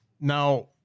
now